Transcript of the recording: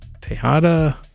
Tejada